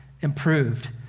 improved